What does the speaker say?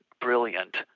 brilliant